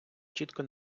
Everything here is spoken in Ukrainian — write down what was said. чітко